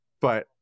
but-